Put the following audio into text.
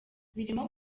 birimo